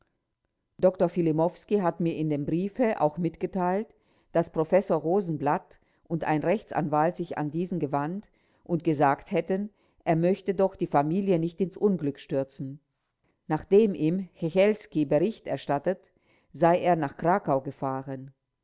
dr filimowski hat mir in dem briefe auch mitgeteilt daß professor rosenblatt und ein rechtsanwalt sich an diesen gewandt und gesagt hätten er möchte doch die familie nicht ins unglück stürzen nachdem ihm hechelski bericht erstattet sei er nach krakau gefahren